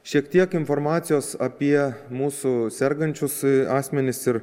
šiek tiek informacijos apie mūsų sergančius asmenis ir